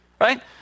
right